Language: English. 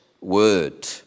word